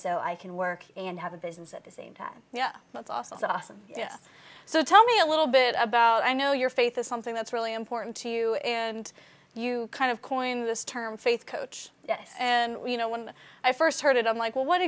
so i can work and have a business at the same time yeah that's awesome awesome so tell me a little bit about i know your faith is something that's really important to you and you kind of coined this term faith coach yes and you know when i first heard it i'm like well what